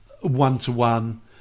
one-to-one